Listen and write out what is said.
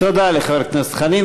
תודה לחבר הכנסת חנין.